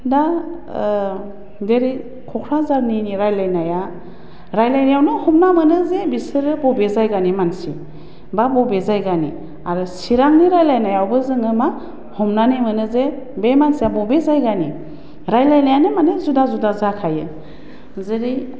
दा देरै क'क्राझारनि रायलाइनाया रायलाइनायावनो हमना मोनो जे बिसोरो बबे जायगानि मानसि बा बबे जायगानि आरो चिरांनि रायलाइनायावबो जोङो मा हमनानै मोनो जे बे मानसिया बबे जायगानि रायलाइनायानो माने जुदा जुदा जाखायो जेरै